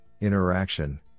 Interaction